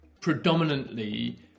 predominantly